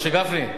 משה גפני,